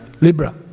Libra